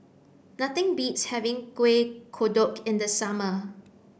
nothing beats having Kueh Kodok in the summer